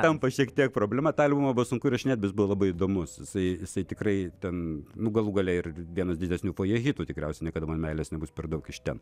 tampa šiek tiek problema tą albumą buvo sunku įrašinėt bet jis buvo labai įdomus jisai jisai tikrai ten nu galų gale ir vienas didesnių fojė hitų tikriausiai niekada man meilės nebus per daug iš ten